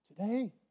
today